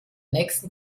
nächsten